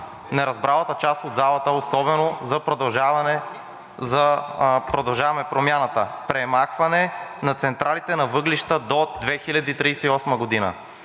неразбралата част от залата и особено за „Продължаваме Промяната“ – премахване на централите на въглища до 2038 г.